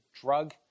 drug